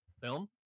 film